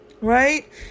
Right